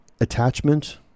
Attachment